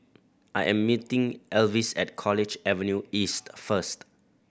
I am meeting Elvis at College Avenue East first